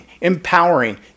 empowering